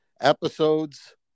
episodes